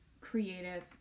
creative